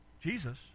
Jesus